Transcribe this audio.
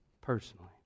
Personally